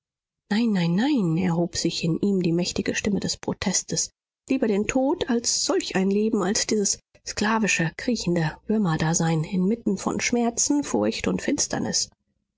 nein nein nein erhob sich in ihm die mächtige stimme des protestes lieber den tod als solch ein leben als dieses sklavische kriechende würmerdasein inmitten von schmerzen furcht und finsternis